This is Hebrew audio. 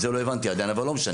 את זה לא הבנתי עדיין אבל לא משנה.